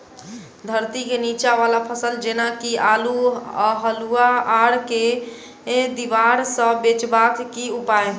धरती केँ नीचा वला फसल जेना की आलु, अल्हुआ आर केँ दीवार सऽ बचेबाक की उपाय?